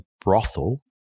brothel